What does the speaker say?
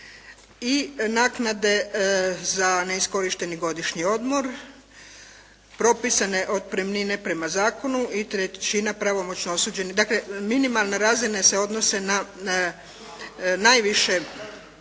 i naknade za neiskorišteni godišnji odmor, propisane otpremnine prema zakonu i trećina pravomoćno osuđeni. Dakle, minimalne razine se odnose na najviše